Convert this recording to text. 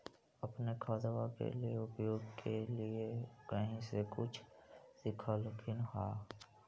अपने खादबा के उपयोग के लीये कही से कुछ सिखलखिन हाँ?